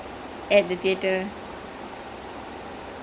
அத ஒரு தடவையே பாக்க முடிலையே:atha oru thadavaiyae paaka mudilaiyae